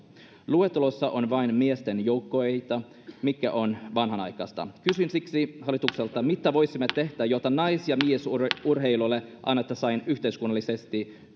luet telossa on vain miesten joukkueita mikä on vanhanaikaista kysyn siksi hallitukselta mitä voisimme tehdä jotta nais ja miesurheilulle annettaisiin aina yhteiskunnallisesti